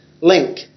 link